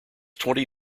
twenty